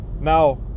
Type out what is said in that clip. Now